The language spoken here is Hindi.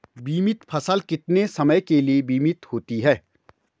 बीमित फसल कितने समय के लिए बीमित होती है?